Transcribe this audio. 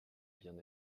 bien